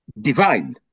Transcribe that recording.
divine